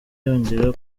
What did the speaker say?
yongera